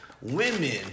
Women